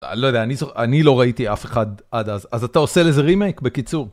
לא יודע, אני לא ראיתי אף אחד עד אז, אז אתה עושה לזה רימייק? בקיצור.